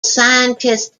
scientist